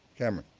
cameron.